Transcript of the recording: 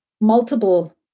multiple